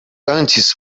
antes